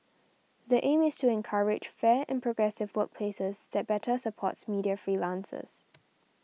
the aim is to encourage fair and progressive workplaces that better supports media freelancers